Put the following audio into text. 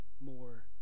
more